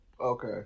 Okay